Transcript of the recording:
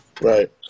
Right